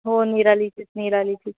हो निरालीचेच निरालीचेच